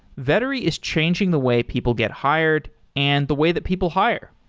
vettery is changing the way people get hired and the way that people hire.